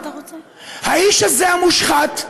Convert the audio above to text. האיש הזה, המושחת,